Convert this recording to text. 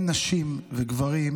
אין נשים וגברים,